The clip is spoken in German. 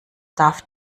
darf